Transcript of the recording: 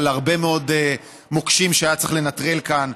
על הרבה מאוד מוקשים שהיה צריך לנטרל כאן,